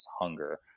hunger